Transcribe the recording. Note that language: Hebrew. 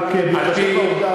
רק בהתחשב בעובדה,